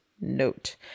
note